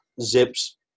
Zips